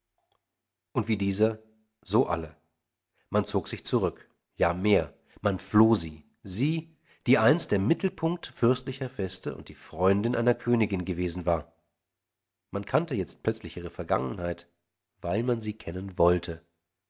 und wie dieser so alle man zog sich zurück ja mehr man floh sie sie die einst der mittelpunkt fürstlicher feste und die freundin einer königin gewesen war man kannte jetzt plötzlich ihre vergangenheit weil man sie kennen wollte